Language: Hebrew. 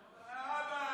זה האבא המיתולוגי.